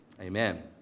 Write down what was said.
Amen